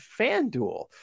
FanDuel